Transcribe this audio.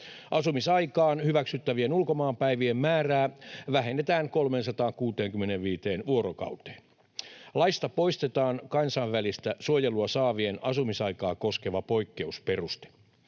Asumisaikaan hyväksyttävien ulkomaanpäivien määrää vähennetään 365 vuorokauteen. Laista poistetaan kansainvälistä suojelua saavien asumisaikaa koskeva poikkeusperuste.